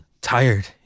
Tired